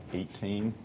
eighteen